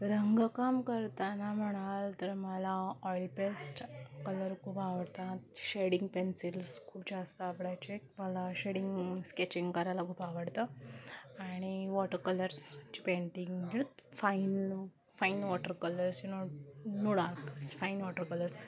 रंगकाम करताना म्हणाल तर मला ऑइल पेस्ट कलर खूप आवडतात शेडिंग पेन्सिल्स खूप जास्त आवडायचे मला शेडिंग स्केचिंग करायला खूप आवडतं आणि वॉटर कलर्सची painting fine fine water colours you know नोडाट फाईन वॉटर कलर्स